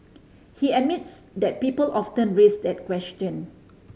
he admits that people often raise that question